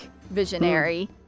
visionary